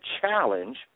challenge